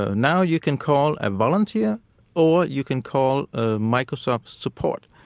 ah now you can call a volunteer or you can call ah microsoft support.